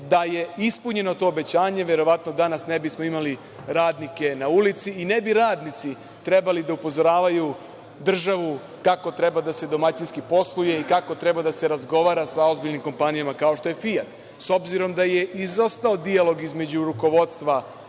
da je ispunjeno to obećanje, verovatno danas ne bismo imali radnike na ulici i ne bi radnici trebali da upozoravaju državu kako treba da se domaćinski posluje, i kako treba da se razgovara sa ozbiljnim kompanijama kao što je „Fijat“.S obzirom da je izostao dijalog između rukovodstva